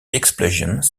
explosions